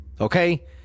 Okay